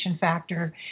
factor